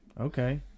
Okay